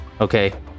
okay